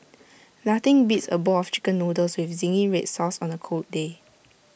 nothing beats A bowl of Chicken Noodles with Zingy Red Sauce on A cold day